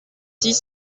six